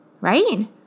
Right